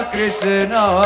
Krishna